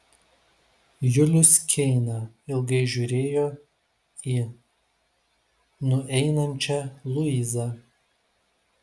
julius keina ilgai žiūrėjo į nueinančią luizą